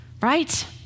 right